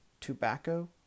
tobacco